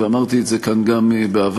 ואמרתי את זה כאן גם בעבר: